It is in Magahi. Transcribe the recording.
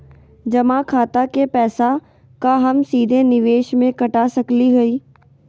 जमा खाता के पैसा का हम सीधे निवेस में कटा सकली हई?